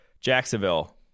Jacksonville